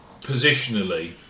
positionally